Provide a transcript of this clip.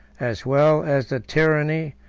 as well as the tyranny,